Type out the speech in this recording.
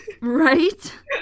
Right